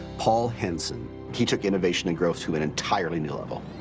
paul henson. he took innovation and growth to an entirely new level.